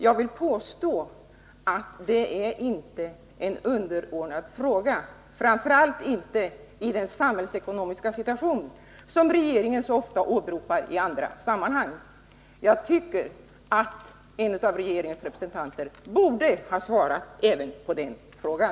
Jag vill påstå att detta inte är en underordnad fråga, framför allt inte i den samhällsekonomiska situation som regeringen så ofta åberopar i andra sammanhang. Jag tycker att en av regeringens representanter borde ha svarat även på den frågan.